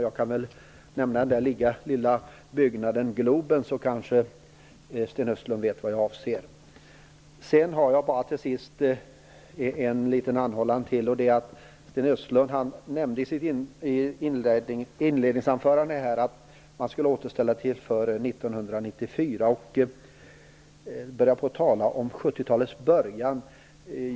Jag kan väl nämna den "lilla" byggnaden Globen, så kanske Sten Östlund vet vad jag avser. Till sist har jag bara en liten anhållan till. Sten Östlund nämnde i sitt inledningsanförande att man skulle återställa och började tala om 70-talets början.